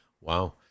wow